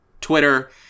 Twitter